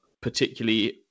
particularly